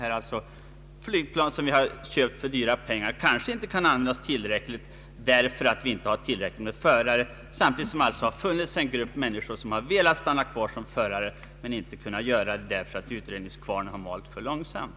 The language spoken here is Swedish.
Följden blir att flygplan som vi köpt för dyra pengar kanske inte kan användas fullt ut för att vi inte har tillräckligt med förare, trots att det finns en grupp människor som har velat stanna kvar som förare men inte kunnat göra det för att utredningskvarnen malt för långsamt.